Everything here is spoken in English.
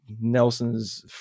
Nelson's